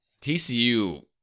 TCU